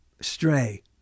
stray